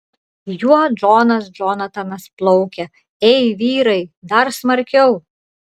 juo džonas džonatanas plaukia ei vyrai dar smarkiau